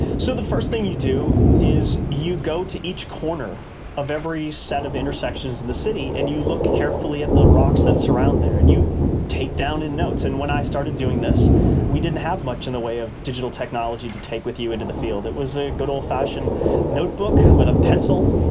so the first thing you do is you go to each corner of every set of intersections in the city and you look carefully at the rocks that surround there and you take down notes. and when i started doing this we didn't have much in the way of digital technology to take with you into the field, it was a good old-fashioned notebook with a pencil.